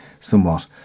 somewhat